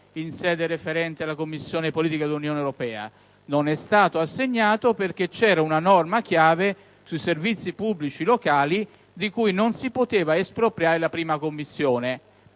in sede referente alla Commissione politiche dell'Unione europea perché c'era una norma chiave sui servizi pubblici locali di cui non si poteva espropriare la 1a Commissione.